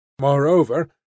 Moreover